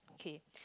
okay